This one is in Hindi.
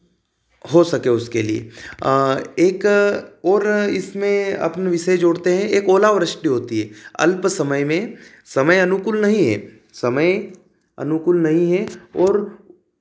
हो सके उसके लिए एक और इसमें अपने विषय जोड़ते हैं एक ओला वृष्टि होती है अल्प समय में समय अनुकूल नहीं है समय अनुकूल नहीं है और